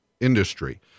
industry